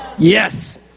Yes